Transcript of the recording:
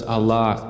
Allah